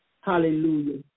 hallelujah